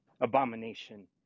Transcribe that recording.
abomination